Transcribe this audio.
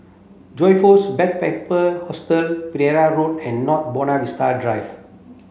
Joyfor's Backpacker Hostel Pereira Road and North Buona Vista Drive